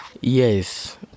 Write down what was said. Yes